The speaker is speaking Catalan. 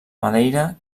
madeira